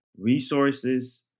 resources